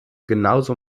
genauso